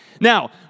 Now